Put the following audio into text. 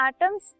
atoms